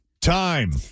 Time